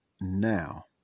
now